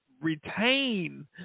retain